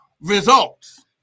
results